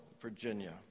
Virginia